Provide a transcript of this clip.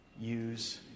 Use